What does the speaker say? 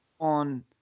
on